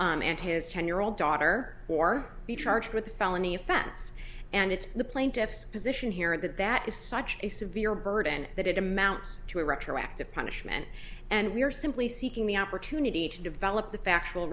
and his ten year old daughter or be charged with a felony offense and it's the plaintiff's position here that that is such a severe burden that it amounts to a retroactive punishment and we're simply seeking the opportunity to develop the factual